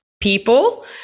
people